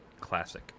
classic